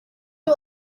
uyu